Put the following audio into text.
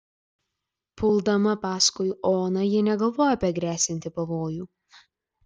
puldama paskui oną ji negalvojo apie gresiantį pavojų